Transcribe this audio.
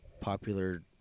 Popular